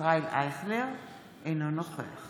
ישראל אייכלר, אינו נוכח